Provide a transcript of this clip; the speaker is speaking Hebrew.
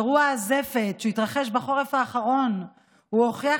אירוע הזפת שהתרחש בחורף האחרון הוכיח